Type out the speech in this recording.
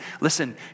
listen